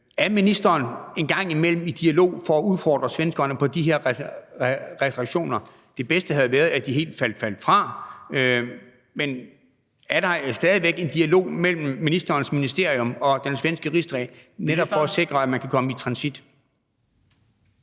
Er ministeren en gang imellem i dialog for at udfordre svenskerne på de her restriktioner? Det bedste havde været, at de helt faldt fra, men er der stadig væk en dialog mellem ministerens ministerium og den svenske Rigsdag for netop at sikre, at man kan komme i transit?